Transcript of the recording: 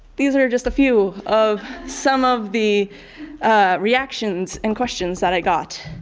these are just a few of some of the reactions and questions that i got